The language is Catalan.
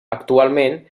actualment